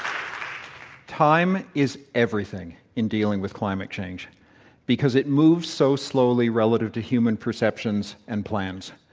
um time is everything in dealing with climate change because it moves so slowly relative to human perceptions and plans.